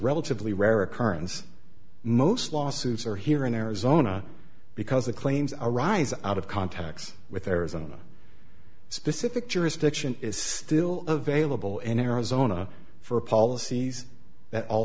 relatively rare occurrence most lawsuits are here in arizona because the claims are arising out of contacts with arizona a specific jurisdiction is still available in arizona for policies that all